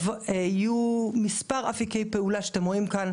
יהיו מספר אפיקי פעולה שאתם רואים כאן